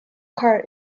cut